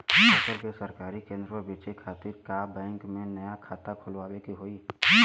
फसल के सरकारी केंद्र पर बेचय खातिर का बैंक में नया खाता खोलवावे के होई?